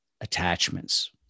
attachments